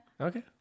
Okay